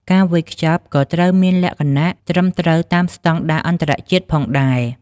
ការវេចខ្ចប់ក៏ត្រូវមានលក្ខណៈត្រឹមត្រូវតាមស្ដង់ដារអន្តរជាតិផងដែរ។